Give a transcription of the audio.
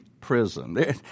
prison